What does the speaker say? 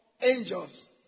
Angels